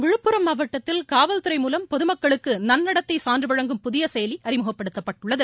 விழுப்புரம் மாவட்டத்தில் காவல் துறை மூலம் பொது மக்களுக்கு நன்னடத்தை சான்று வழங்கும் புதிய செயலி அறிமுகப்படுத்தப்பட்டுள்ளது